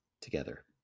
together